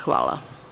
Hvala.